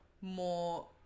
more